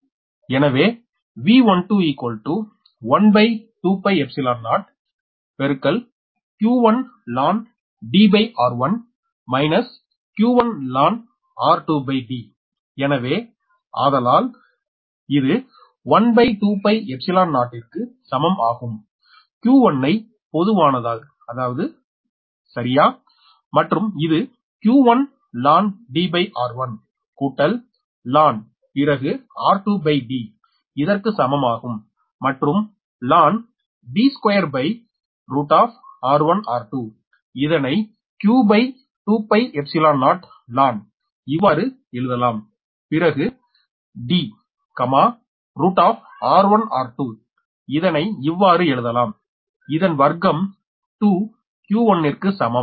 எனவே V12120 q1ln q1ln எனவே ஆதலால் இது 120 ற்கு சமம் ஆகும் 𝑞1 ஐ பொதுவானது சரியா மற்றும் இது q1lnகூட்டல் ln பிறகு r2D இதற்கு சமமாகும் மற்றும் ln D2r1r2இதனை q20ln இவ்வாறு எழுதலாம் பிறகு D r1r2 இதனை இவ்வாறு எழுதலாம் இதன் வர்க்கம் 2 𝑞1 ற்கு சமம்